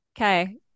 Okay